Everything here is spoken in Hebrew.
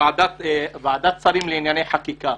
ועדת השרים לענייני חקיקה,